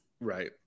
Right